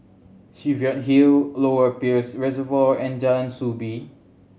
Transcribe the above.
Cheviot Hill Lower Peirce Reservoir and Jalan Soo Bee